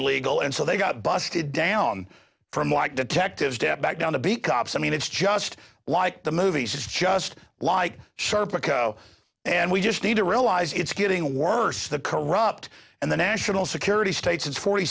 illegal and so they got busted down from like detectives step back down to be cops i mean it's just like the movies just like sharp rico and we just need to realize it's getting worse the corrupt and the national security state says forty